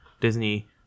Disney